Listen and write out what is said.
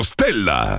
Stella